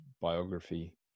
Biography